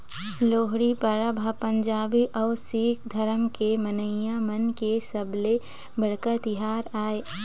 लोहड़ी परब ह पंजाबी अउ सिक्ख धरम के मनइया मन के सबले बड़का तिहार आय